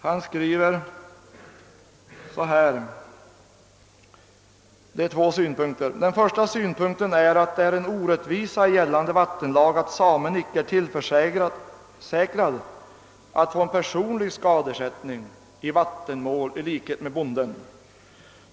Han framhåller två synpunkter och säger: »Den första synpunkten är, att det är en orättvisa i gällande vattenlag, att samen icke är tillförsäkrad att få en personlig skadeersättning i vattenmål i likhet med bonden.